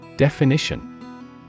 Definition